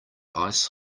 ice